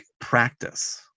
practice